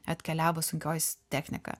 atkeliavo sunkiojis technika